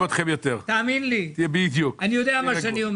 אני יודע מה אני אומר.